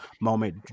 moment